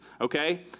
okay